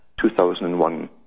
2001